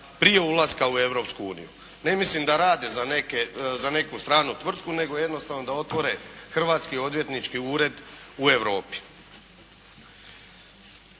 prije ulaska u Europsku uniju. Ne mislim da rade za neku stranu tvrtku, nego jednostavno da otvore hrvatski odvjetnički ured u Europi.